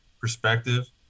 Perspective